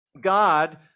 God